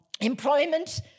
employment